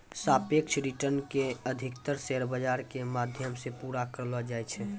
सापेक्ष रिटर्न के अधिकतर शेयर बाजार के माध्यम से पूरा करलो जाय छै